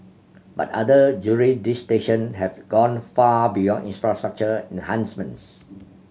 but other have gone far beyond infrastructure enhancements